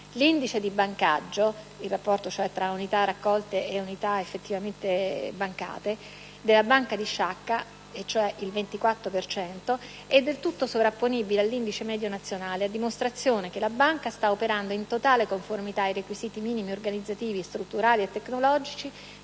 L'indice di bancaggio (rapporto tra unità raccolte e unità effettivamente bancate) della Banca di Sciacca del 24 per cento è del tutto sovrapponibile all'indice medio nazionale, a dimostrazione che la Banca sta operando in totale conformità ai requisiti minimi organizzativi, strutturali e tecnologici,